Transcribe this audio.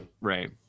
Right